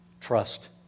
Trust